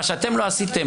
מה שאתם לא עשיתם,